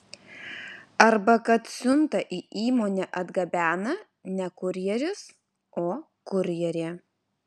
arba kad siuntą į įmonę atgabena ne kurjeris o kurjerė